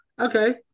Okay